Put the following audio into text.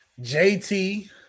JT